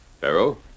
Pharaoh